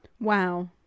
Wow